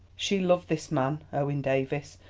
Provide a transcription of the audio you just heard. she loved this man, owen davies,